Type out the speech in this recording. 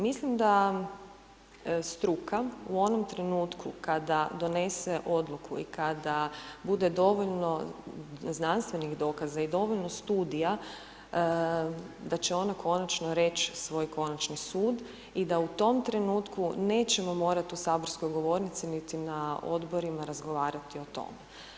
Mislim da struka u onom trenutku kada donese odluku i kada bude dovoljno znanstvenih dokaza i dovoljno studija da će ona konačno reć svoj konačni sud i da u tom trenutku nećemo morati u saborskoj gornici niti na odborima razgovarati o tome.